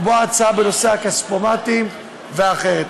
כמו ההצעה בנושא הכספומטים ואחרות.